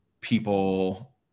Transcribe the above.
people